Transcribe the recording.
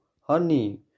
honey